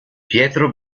pietro